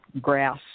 grass